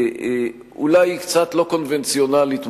אולי קצת לא קונבנציונלית אתה,